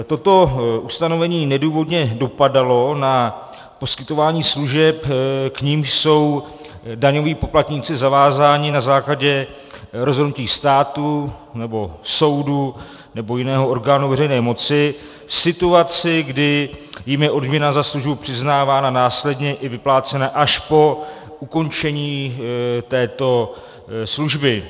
Toto ustanovení nedůvodně dopadalo na poskytování služeb, k nimž jsou daňoví poplatníci zavázáni na základě rozhodnutí státu nebo soudu nebo jiného orgánu veřejné moci v situaci, kdy jim je odměna za službu přiznávána následně i vyplácena až po ukončení této služby.